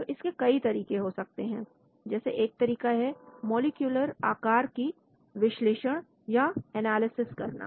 तो इसके कई तरीके हो सकते हैं जैसे एक तरीका है मॉलिक्यूलर आकार की विश्लेषण या एनालिसिस करना